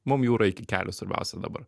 mum jūra iki kelių svarbiausia dabar